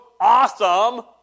awesome